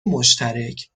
مشترک